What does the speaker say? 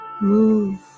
Move